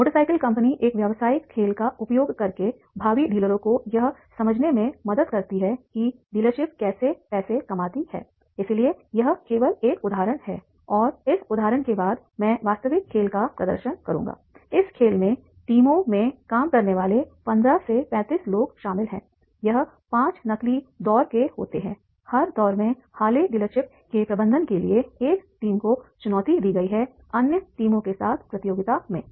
motorcycle company एक व्यवसायिक खेल का उपयोग करके भावी डीलरों को यह समझने में मदद करती है कि डीलरशिप कैसे पैसे कमाती है इसलिए यह केवल एक उदाहरण है और इस उदाहरण के बाद मैं वास्तविक खेल का प्रदर्शन करूंगा इस खेल में टीमों में काम करने वाले 15 से 35 लोग शामिल हैंयह 5 नकली दौर के होते हैंहर दौर में हार्ले डीलरशिप के प्रबंधन के लिए एक टीम को चुनौती दी गई अन्य टीमों के साथ प्रतियोगिता में